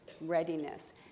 readiness